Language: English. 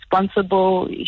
responsible